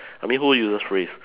I mean who uses phrase